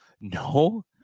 No